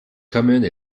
commune